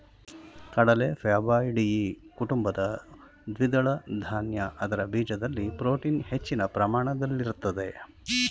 ಕಡಲೆ ಫ್ಯಾಬಾಯ್ಡಿಯಿ ಕುಟುಂಬದ ದ್ವಿದಳ ಧಾನ್ಯ ಅದರ ಬೀಜದಲ್ಲಿ ಪ್ರೋಟೀನ್ ಹೆಚ್ಚಿನ ಪ್ರಮಾಣದಲ್ಲಿರ್ತದೆ